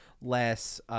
less –